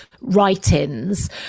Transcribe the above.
writings